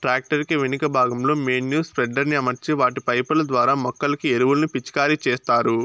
tractor కు వెనుక భాగంలో మేన్యుర్ స్ప్రెడర్ ని అమర్చి వాటి పైపు ల ద్వారా మొక్కలకు ఎరువులను పిచికారి చేత్తారు